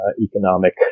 economic